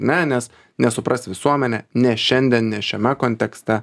ne nes nesupras visuomenė ne šiandien ne šiame kontekste